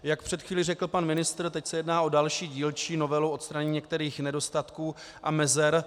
Jak před chvílí řekl pan ministr, teď se jedná o další dílčí novelu, odstranění některých nedostatků a mezer.